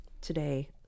today